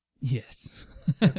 Yes